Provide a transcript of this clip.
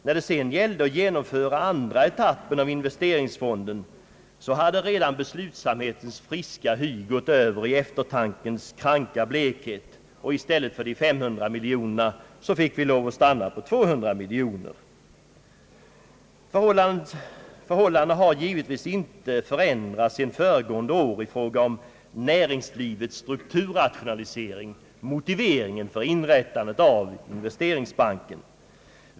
När det sedan gällde att genomföra andra etappen av investeringsfonden hade redan beslutsamhetens friska hy gått över i eftertankens kranka blekhet, och i stället för de 500 miljonerna måste man stanna vid 200 miljoner. Förhållandena har givetvis inte för ändrats sedan föregående år i fråga om näringslivets strukturrationalisering — motiveringen för inrättande av investeringsbanken.